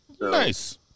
Nice